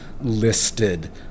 listed